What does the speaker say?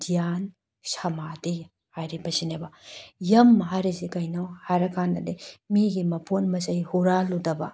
ꯒ꯭ꯌꯥꯟ ꯁꯃꯗꯤ ꯍꯥꯏꯔꯤꯕꯁꯤꯅꯦꯕ ꯌꯝ ꯍꯥꯏꯔꯤꯁꯦ ꯀꯩꯅꯣ ꯍꯥꯏꯔꯀꯥꯟꯗꯗꯤ ꯃꯤꯒꯤ ꯃꯄꯣꯠ ꯃꯆꯩ ꯍꯨꯔꯥꯜꯂꯨꯗꯕ